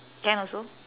can also